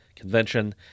convention